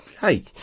hey